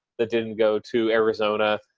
that didn't go to arizona.